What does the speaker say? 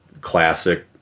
classic